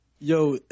Yo